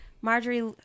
Marjorie